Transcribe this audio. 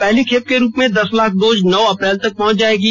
पहली खेप के रूप में दस लाख डोज नौ अप्रैल तक पहुंच जाएंगी